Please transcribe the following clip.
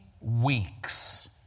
weeks